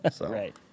Right